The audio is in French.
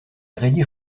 rédige